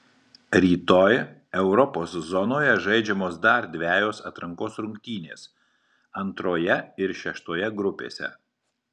rytoj europos zonoje žaidžiamos dar dvejos atrankos rungtynės antroje ir šeštoje grupėse